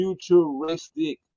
futuristic